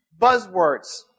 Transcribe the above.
buzzwords